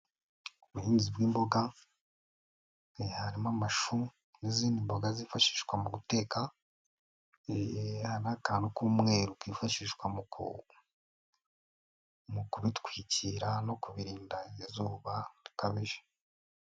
Ubuhinzi bw'imboga, harimo amashu n'izindi mboga zifashishwa mu guteka, harimo akantu k'umweru kifashishwa mu kubitwikira no kubibirinda izuba rikabije.